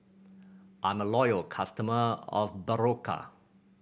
I'm a loyal customer of Berocca